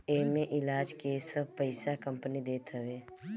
एमे इलाज के सब पईसा कंपनी देत हवे